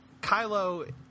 Kylo